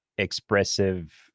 expressive